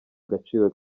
agaciro